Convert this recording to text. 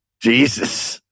Jesus